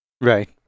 Right